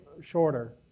shorter